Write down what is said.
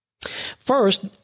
First